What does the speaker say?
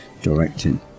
directing